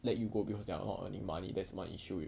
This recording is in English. let you go because they are not earning money that's my issue